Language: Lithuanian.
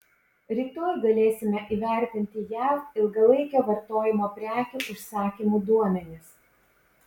rytoj galėsime įvertinti jav ilgalaikio vartojimo prekių užsakymų duomenis